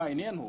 המעניין הוא